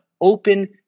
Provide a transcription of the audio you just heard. open